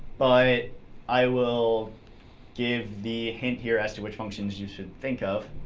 but i will give the hint here as to which functions you should think of.